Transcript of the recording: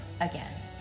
again